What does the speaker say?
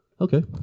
Okay